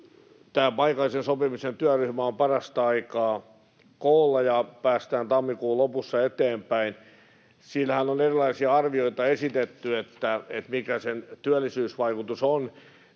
Tämä paikallisen sopimisen työryhmä on parasta aikaa koolla, ja päästään tammikuun lopussa eteenpäin. Siinähän on erilaisia arvioita esitetty, mikä sen työllisyysvaikutus on.